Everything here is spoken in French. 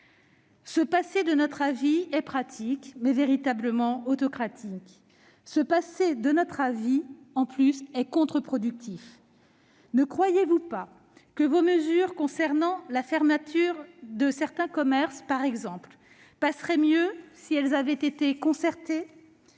Se passer de notre avis est pratique, mais véritablement autocratique. En outre, se passer de notre avis est aussi contre-productif : ne croyez-vous pas que vos mesures concernant la fermeture de certains commerces, par exemple, passeraient mieux si elles avaient été adoptées